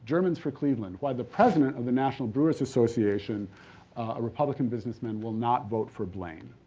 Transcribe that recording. germans for cleveland. why the president of the national brewers association, a republican businessman, will not vote for blaine.